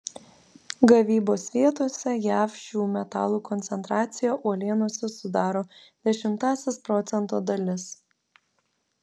gavybos vietose jav šių metalų koncentracija uolienose sudaro dešimtąsias procento dalis